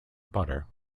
butter